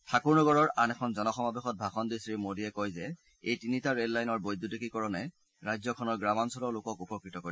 ঠাকুৰ নগৰৰ আন এখন জনসমাৱেশত ভাষণ দি শ্ৰীমোডীয়ে কয় যে এই তিনিটা ৰেল লাইনৰ বৈদ্যতিকীকৰণে ৰাজ্যখনৰ গ্ৰামাঞ্চলৰ লোকক উপকৃত কৰিব